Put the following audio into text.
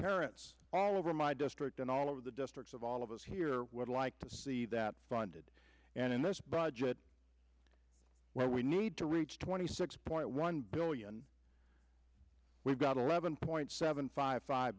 parents all over my district and all of the districts of all us here would like to see that funded and in this budget where we need to reach twenty six point one billion we've got eleven point seven five five